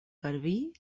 garbí